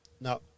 now